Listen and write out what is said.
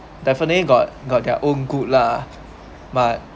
definitely got got their own good lah but